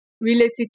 related